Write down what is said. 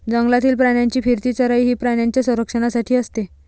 जंगलातील प्राण्यांची फिरती चराई ही प्राण्यांच्या संरक्षणासाठी असते